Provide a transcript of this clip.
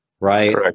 Right